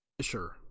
sure